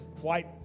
white